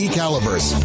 calibers